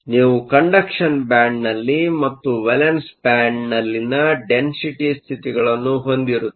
ನೀವು ಕಂಡಕ್ಷನ್ ಬ್ಯಾಂಡ್ನಲ್ಲಿ ಮತ್ತು ವೇಲೆನ್ಸ್ ಬ್ಯಾಂಡ್ನಲ್ಲಿನ ಡೆನ್ಸಿಟಿ ಸ್ಥಿತಿಗಳನ್ನು ಹೊಂದಿರುತ್ತೀರಿ